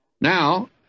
Now